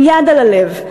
עם יד על הלב,